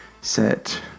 set